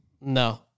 No